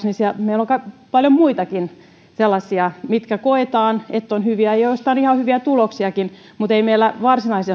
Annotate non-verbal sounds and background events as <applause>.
<unintelligible> niin meillä on paljon muitakin sellaisia joiden koetaan olevan hyviä ja joista on ihan hyviä tuloksiakin mutta joista meillä ei varsinaisia <unintelligible>